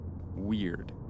weird